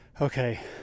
Okay